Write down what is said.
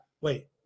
Wait